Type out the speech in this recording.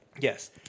Yes